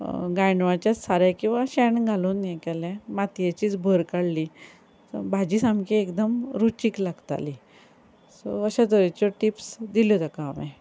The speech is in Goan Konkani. गांयडोळाचेंच सारें किंवां शेण घालून हें केलें मातयेचीच भर काडली सो भाजी सामकी एकदम रुचीक लागताली सो अश्या तरेच्यो टिप्स दिल्यो ताका हांवें